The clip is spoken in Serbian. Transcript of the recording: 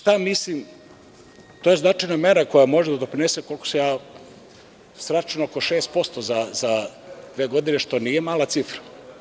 To je značajna mera koja može da doprinese koliko sam sračunao za oko 6% za dve godine što nije mala cifra.